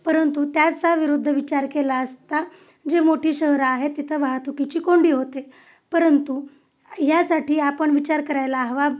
परंतु त्याचा विरुद्ध विचार केला असता जे मोठी शहर आहे तिथं वाहतुकीची कोंडी होते परंतु यासाठी आपण विचार करायला हवा